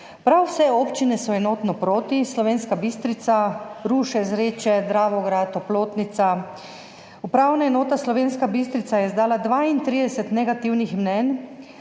Prav vse občine so enotno proti, Slovenska Bistrica, Ruše, Zreče, Dravograd, Oplotnica. Upravna enota Slovenska Bistrica je izdala 32 negativnih mnenj,